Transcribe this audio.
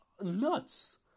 nuts